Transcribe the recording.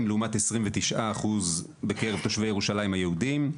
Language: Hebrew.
ירושלים, לעומת 29% בקרב תושבי ירושלים היהודים,